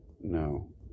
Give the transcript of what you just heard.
No